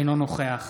אינו נוכח